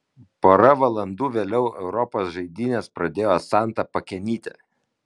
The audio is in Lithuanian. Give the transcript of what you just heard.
pora valandų vėliau europos žaidynes pradėjo santa pakenytė